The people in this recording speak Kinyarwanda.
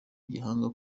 igihanga